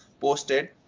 posted